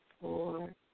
four